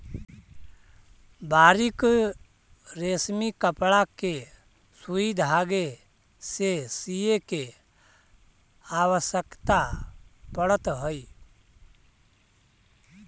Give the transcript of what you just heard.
बारीक रेशमी कपड़ा के सुई धागे से सीए के आवश्यकता पड़त हई